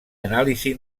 anàlisi